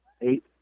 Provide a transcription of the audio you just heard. Eight